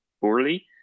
poorly